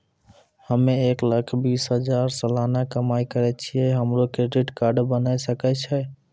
हम्मय एक लाख बीस हजार सलाना कमाई करे छियै, हमरो क्रेडिट कार्ड बने सकय छै?